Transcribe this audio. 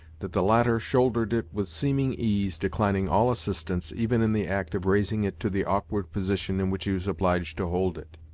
that the latter shouldered it with seeming ease, declining all assistance, even in the act of raising it to the awkward position in which he was obliged to hold it.